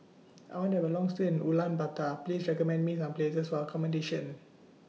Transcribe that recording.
I want to Have A Long stay in Ulaanbaatar Please recommend Me Some Places For accommodation